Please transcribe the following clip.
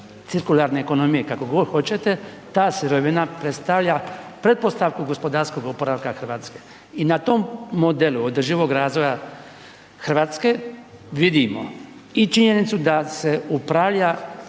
cirkularne ekonomije, kako god hoćete, ta sirovina predstavlja pretpostavku gospodarskog oporavka Hrvatske i na tom modelu održivog razvoja Hrvatske vidimo i činjenicu da se upravlja